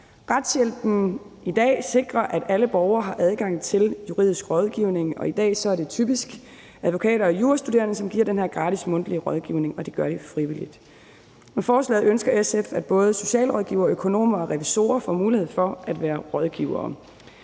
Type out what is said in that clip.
Retshjælpen sikrer i dag, at alle borgere har adgang til juridisk rådgivning, og i dag er det typisk advokater og jurastuderende, som giver den her gratis mundtlige rådgivning, og det gør de frivilligt. Med forslaget ønsker SF, at både socialrådgivere, økonomer og revisorer får mulighed for at være rådgivere.